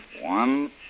One